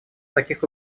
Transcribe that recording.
таких